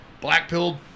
Black-pilled